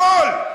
הכול.